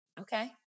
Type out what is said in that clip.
okay